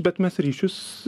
bet mes ryšius